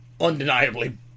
undeniably